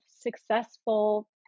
successful